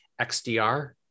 XDR